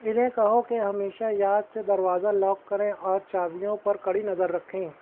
انہیں کہو کہ ہمیشہ یاد سے دروازہ لاک کریں اور چابیوں پر کڑی نظر رکھیں